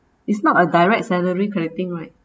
it's not a direct salary crediting right